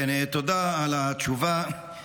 כן, תודה על התשובה.